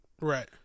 Right